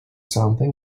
something